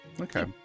Okay